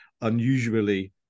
unusually